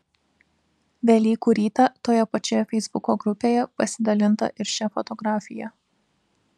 velykų rytą toje pačioje feisbuko grupėje pasidalinta ir šia fotografija